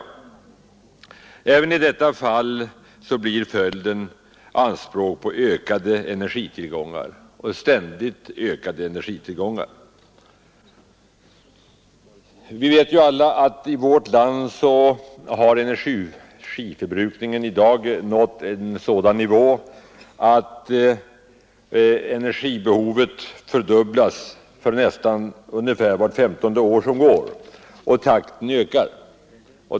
Även i detta fall blir följden anspråk på ständigt ökade energitillgångar. I vårt land har energiförbrukningen i dag nått en sådan nivå att energibehovet fördubblas ungefär vart femtonde år, och takten ökar.